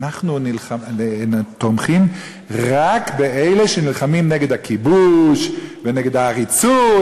אנחנו תומכים רק באלה שנלחמים נגד הכיבוש ונגד העריצות,